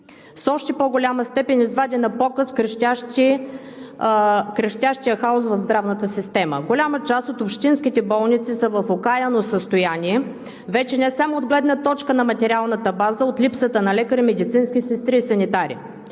в още по-голяма степен извади на показ крещящия хаос в здравната система. Голяма част от общинските болници са в окаяно състояние вече не само от гледна точка на материалната база, от липсата на лекари, медицински сестри и санитари.